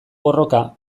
borroka